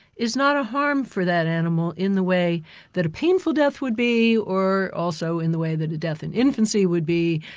is not a harm for that animal in the way that a painful death would be or also in the way that a death in infancy would be,